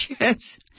yes